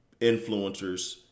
influencers